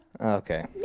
Okay